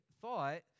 thought